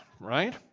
right